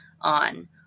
on